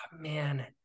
man